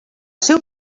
seu